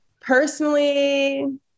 personally